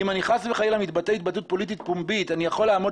אם אני חס וחלילה מתבטא התבטאות פוליטית פומבית אני יכול לעמוד